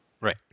Right